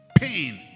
pain